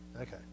Okay